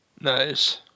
Nice